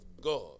God